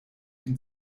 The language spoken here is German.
ihn